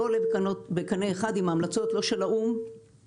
לא עולה בקנה אחד עם ההמלצות לא של האו"ם ולא